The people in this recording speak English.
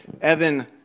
Evan